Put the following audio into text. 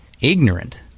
ignorant